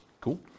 Cool